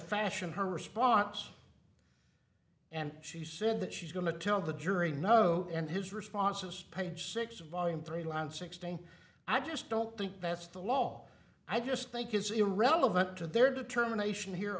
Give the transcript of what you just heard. fashion her response and she said that she's going to tell the jury no and his responses page six volume three line sixteen i just don't think that's the law i just think it's irrelevant to their determination here